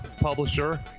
publisher